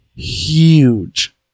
huge